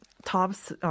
Tops